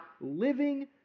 living